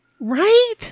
Right